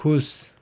खुश